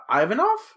Ivanov